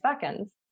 seconds